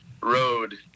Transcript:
Road